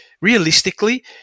realistically